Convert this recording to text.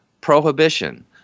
Prohibition